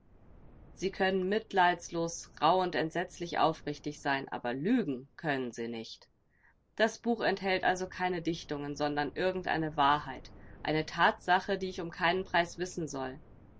sie können mitleidslos rauh und entsetzlich aufrichtig sein aber lügen können sie nicht das buch enthält also keine dichtungen sondern irgend eine wahrheit eine thatsache die ich um keinen preis wissen soll